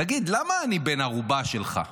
תגיד, למה אני בן ערובה שלך?